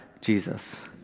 Jesus